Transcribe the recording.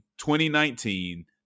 2019